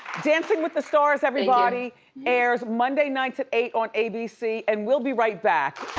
dancing with the stars, everybody airs monday nights at eight on abc and we'll be right back.